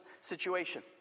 situation